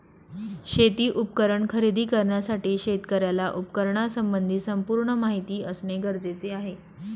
शेती उपकरण खरेदी करण्यासाठी शेतकऱ्याला उपकरणासंबंधी संपूर्ण माहिती असणे गरजेचे आहे